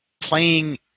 playing